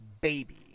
baby